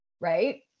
right